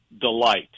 delight